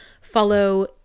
follow